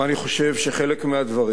ואני חושב שחלק מהדברים,